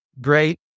great